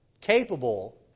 capable